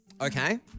Okay